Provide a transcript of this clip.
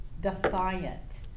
defiant